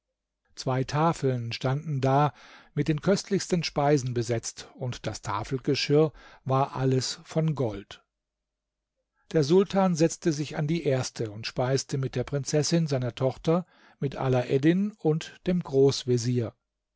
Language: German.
zwei tafeln standen da mit den köstlichsten speisen besetzt und das tafelgeschirr war alles von gold der sultan setzte sich an die erste und speiste mit der prinzessin seiner tochter mit alaeddin und dem